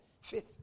fifth